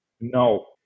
No